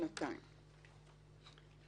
שנתיים".